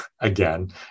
again